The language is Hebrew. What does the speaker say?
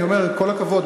אני אומר עם כל הכבוד,